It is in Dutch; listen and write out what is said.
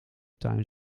tuin